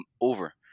over